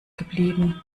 geblieben